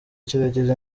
kirageze